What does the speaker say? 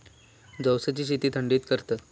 जवसची शेती थंडीत करतत